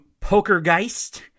PokerGeist